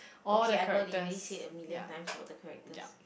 okay I got it you already said a million times for the characters